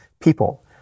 people